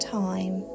time